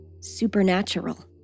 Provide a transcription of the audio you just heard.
supernatural